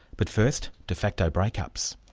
but first, de facto break-ups.